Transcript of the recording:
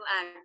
add